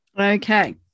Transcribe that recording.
okay